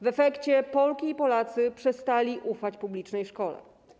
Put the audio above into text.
W efekcie Polki i Polacy przestali ufać publicznej szkole.